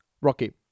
Rocky